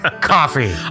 coffee